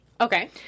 Okay